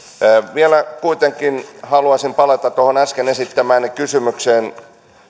vielä kuitenkin haluaisin palata tuohon äsken esittämääni kysymykseen